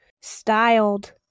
styled